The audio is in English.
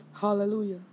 Hallelujah